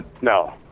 no